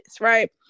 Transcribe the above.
right